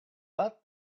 but